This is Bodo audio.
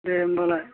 दे होमबालाय